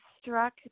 struck